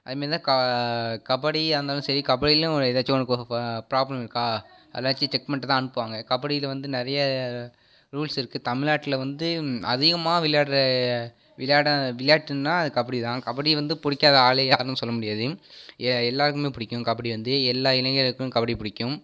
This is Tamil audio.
அதை மாரி தான் கா கபடியாகருந்தாலும் சரி கபடியிலும் எதாச்சும் உனக்கு ப்ராப்ளம் இருக்கா எல்லாத்தையும் செக் பண்ணிவிட்டுதான் அனுப்புவாங்க கபடியில் வந்து நிறைய ரூல்ஸ் இருக்குது தமிழ்நாட்டில் வந்து அதிகமாக விளையாடுகிற விளையாட விளையாட்டுன்னால் அது கபடி தான் கபடி வந்து பிடிக்காத ஆளே யாருன்னு சொல்ல முடியாது எல்லாருக்குமே பிடிக்கும் கபடி வந்து எல்லா இளைஞருக்கும் கபடி பிடிக்கும்